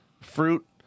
fruit